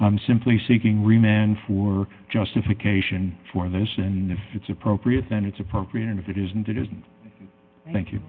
i'm simply seeking remand for justification for this and if it's appropriate then it's appropriate and if it isn't it isn't thank you